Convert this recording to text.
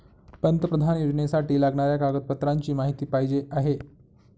पंतप्रधान योजनेसाठी लागणाऱ्या कागदपत्रांची माहिती पाहिजे आहे